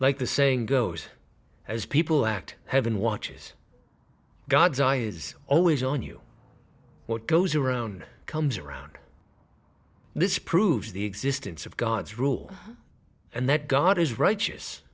like the saying goes those people act heaven watches god's eye is always on you what goes around comes around this proves the existence of god's rule and that god is righteous